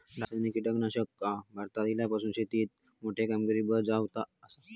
रासायनिक कीटकनाशका भारतात इल्यापासून शेतीएत मोठी कामगिरी बजावत आसा